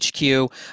HQ